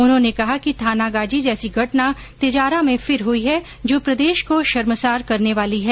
उन्होंने कहा कि थानागाजी जैसी घटना ंतिजारा में फिर हुई है जो प्रदेश को शर्मसार करने वाली है